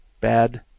bad